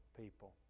people